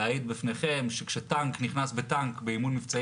להעיד בפניכם שכשטנק נכנס בטנק באימון מבצעי